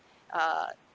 uh